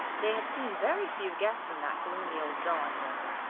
they had seen very few guests in that gloomy old drawing-room,